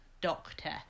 Doctor